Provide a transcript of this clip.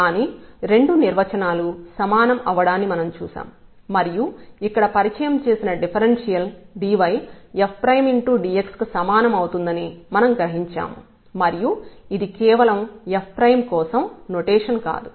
కానీ రెండు నిర్వచనాలు సమానం అవ్వడాన్ని మనం చూశాం మరియు ఇక్కడ పరిచయం చేసిన డిఫరెన్షియల్ dy f dx కు సమానం అవుతుందని మనం గ్రహించాము మరియు ఇది కేవలం f కోసం నొటేషన్ కాదు